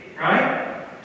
right